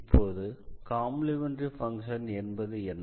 இப்போது complementary function என்பது என்ன